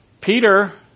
Peter